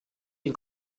den